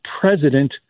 president